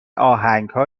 آهنگها